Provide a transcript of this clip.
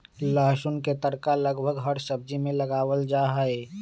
लहसुन के तड़का लगभग हर सब्जी में लगावल जाहई